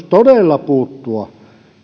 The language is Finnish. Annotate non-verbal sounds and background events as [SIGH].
[UNINTELLIGIBLE] todella puuttua